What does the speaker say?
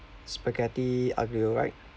spaghetti aglio right